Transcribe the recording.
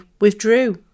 withdrew